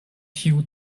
tiu